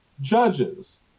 Judges